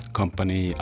company